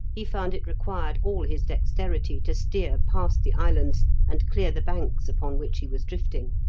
he found it required all his dexterity to steer past the islands and clear the banks upon which he was drifting.